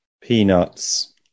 peanuts